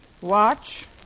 Watch